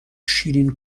شیرین